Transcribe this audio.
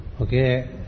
Okay